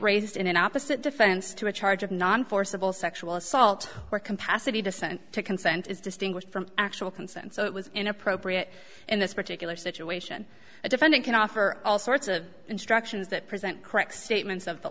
raised in an opposite defense to a charge of non forcible sexual assault or compasses the dissent to consent is distinguished from actual consent so it was inappropriate in this particular situation a defendant can offer all sorts of instructions that present correct statements of the